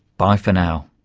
bye for now